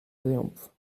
triumph